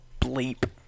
bleep